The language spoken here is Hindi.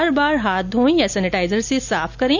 बार बार हाथ धोयें या सेनेटाइजर से साफ करें